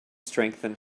strengthen